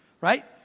Right